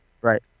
right